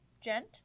gent